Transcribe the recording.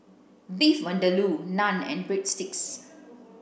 Beef Vindaloo Naan and Breadsticks